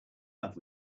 love